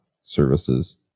services